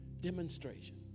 demonstration